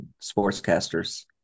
sportscasters